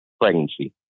pregnancy